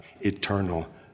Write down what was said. eternal